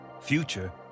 Future